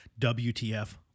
WTF